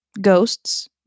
Ghosts